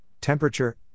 temperature